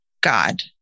God